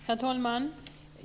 Herr talman!